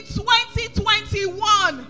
2021